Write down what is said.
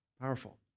Powerful